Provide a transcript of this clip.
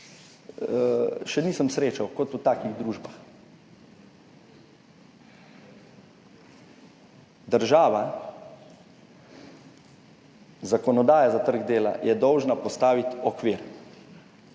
še nisem srečal kot v takih družbah. Država, zakonodaja za trg dela je dolžna postaviti okvir.